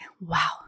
wow